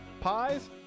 pies